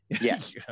Yes